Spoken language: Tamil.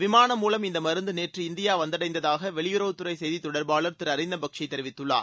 விமானம் மூலம் இந்த மருந்து நேற்று இந்தியா வந்தடைந்ததாக வெளியுறவுத்துறை செய்தித் தொடர்பாளர் திரு அரிந்தம் பக்சி தெரிவித்துள்ளார்